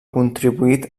contribuït